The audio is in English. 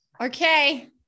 okay